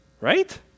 right